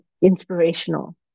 inspirational